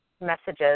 messages